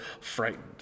frightened